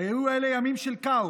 היו אלה ימים של כאוס.